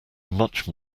much